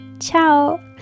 ciao